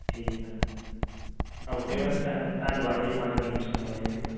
ਠੀਕ ਹੈ ma'am okay ma'am ਧੰਨ ਧੰਨਵਾਦ ਜੀ ਤੁਹਾਡਾ ਕੀਮਤੀ ਸਮਾਂ ਦੇਣ ਲਈ